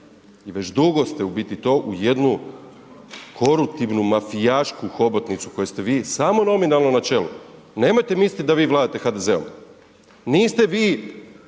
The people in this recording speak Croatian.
i već dugo ste u biti to, u jednu koruptivnu, mafijašku hobotnicu kojoj ste vi samo nominalno na čelu, nemojte misliti da vi vladate HDZ-om, niste vi